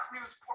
News